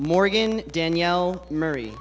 morgan danielle mary